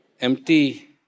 empty